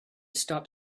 stop